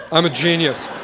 i'm a genius.